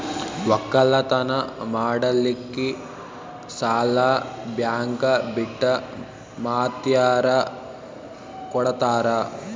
ಒಕ್ಕಲತನ ಮಾಡಲಿಕ್ಕಿ ಸಾಲಾ ಬ್ಯಾಂಕ ಬಿಟ್ಟ ಮಾತ್ಯಾರ ಕೊಡತಾರ?